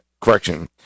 correction